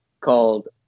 called